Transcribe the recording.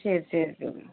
சரி சரி சொல்லுங்க